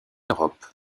europe